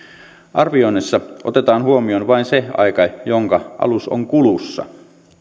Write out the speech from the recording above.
arvioinnissa otetaan huomioon vain se aika jonka alus on kulussa